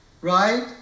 right